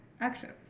actions